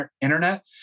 internet